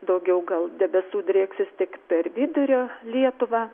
daugiau gal debesų drieksis tik per vidurio lietuvą